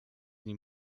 nim